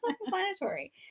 explanatory